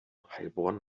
heilbronn